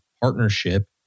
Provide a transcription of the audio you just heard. partnership